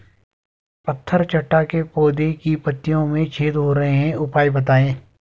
पत्थर चट्टा के पौधें की पत्तियों में छेद हो रहे हैं उपाय बताएं?